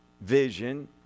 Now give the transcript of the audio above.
vision